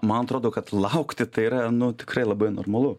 man atrodo kad laukti tai yra nu tikrai labai normalu